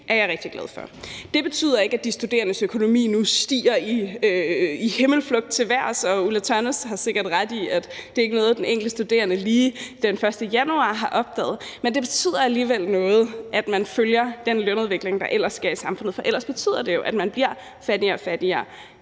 Det betyder ikke, at de studerendes økonomi nu tager en himmelflugt, og fru Ulla Tørnæs har sikkert ret i, at det ikke er noget, som den enkelte studerende lige opdagede den 1. januar, men det betyder alligevel noget, at man følger den lønudvikling, der er i samfundet, for ellers ville man jo år for år blive fattigere og fattigere,